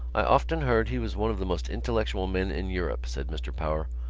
i often heard he was one of the most intellectual men in europe, said mr. power.